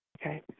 Okay